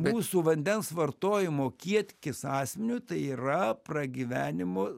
mūsų vandens vartojimo kiekis asmeniui tai yra pragyvenimo